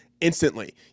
instantly